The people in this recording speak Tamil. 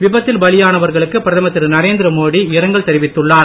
விபத்தில் பலியானவர்களுக்கு பிரதமர் திரு நரேந்திரமோடி இரங்கல் தெரிவித்துள்ளார்